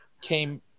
came